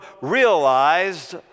realized